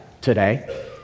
Today